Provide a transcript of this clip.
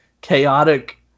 chaotic